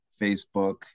Facebook